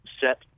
set